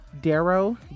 darrow